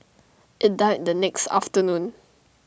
IT died the next afternoon